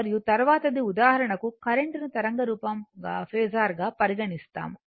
మరియు తరువాతిది ఉదాహరణకు కరెంట్ ను తరంగం గా పేసర్గా పరిగణిస్తాము